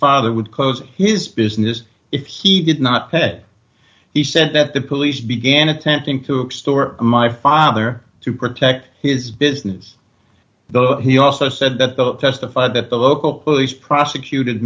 father would close his business if he did not he said that the police began attempting to explore my father to protect his business though he also said that the testified that the local police prosecuted